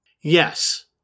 Yes